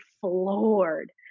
floored